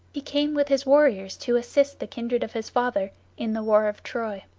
he came with his warriors to assist the kindred of his father in the war of troy.